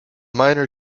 minor